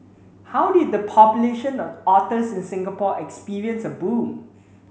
how did the population of otters in Singapore experience a boom